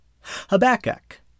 Habakkuk